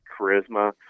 charisma